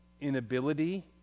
inability